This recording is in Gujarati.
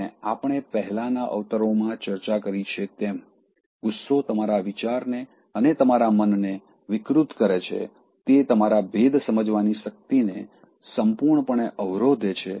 અને આપણે પહેલાંના અવતરણો માં ચર્ચા કરી છે તેમ ગુસ્સો તમારા વિચારને અને તમારા મનને વિકૃત કરે છે તે તમારા ભેદ સમજવાની શક્તિને સંપૂર્ણપણે અવરોધે છે